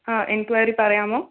ആ എൻക്വയറി പറയാമോ